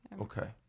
Okay